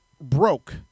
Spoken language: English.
broke